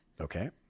okay